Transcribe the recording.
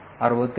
63 62